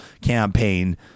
campaign